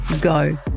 go